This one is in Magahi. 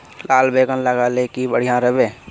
लार बैगन लगाले की बढ़िया रोहबे?